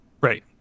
Right